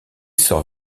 sort